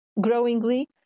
growingly